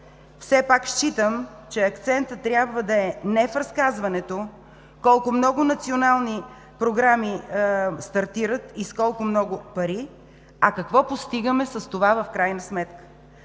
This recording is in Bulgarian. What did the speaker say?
Все пак считам, че акцентът трябва да е не в разказването колко много национални програми стартират и с колко много пари, а какво постигаме с това в крайна сметка.